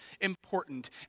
important